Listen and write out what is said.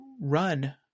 run